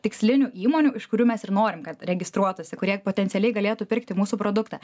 tikslinių įmonių iš kurių mes ir norim kad registruotųsi kurie potencialiai galėtų pirkti mūsų produktą